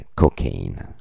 cocaine